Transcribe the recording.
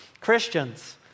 Christians